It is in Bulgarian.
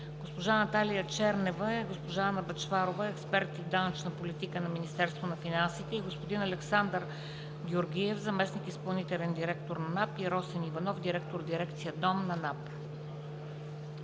госпожа Наталия Чернева, госпожа Анна Бъчварова – експерти „Данъчна политика“ в Министерството на финансите, господин Александър Георгиев – заместник-изпълнителен директор НАП и Росен Иванов – директор дирекция ДОМ на НАП.